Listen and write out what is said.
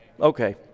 okay